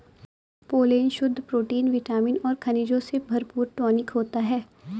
pollen शुद्ध protein vitamin और खनिजों से भरपूर टॉनिक होता है